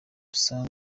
song